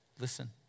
listen